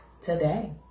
today